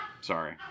Sorry